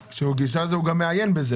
ב"גישה" הוא גם מעיין בזה.